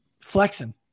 flexing